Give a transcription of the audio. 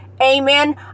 Amen